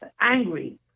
angry